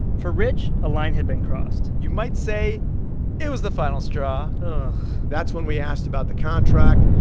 for rich, a line had been crossed you might say it was the final straw that's when we asked about the contract.